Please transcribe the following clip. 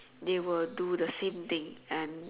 they will do the same thing and